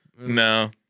No